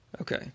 Okay